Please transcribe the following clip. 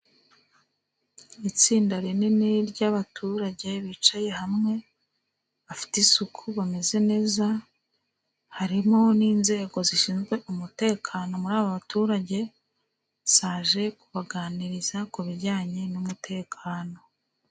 Itsinda rinini ry'abaturage bicaye hamwe, bafite isuku, bameze neza, harimo n'inzego zishinzwe umutekano muri aba baturage, zaje kubaganiriza ku bijyanye n'umutekano.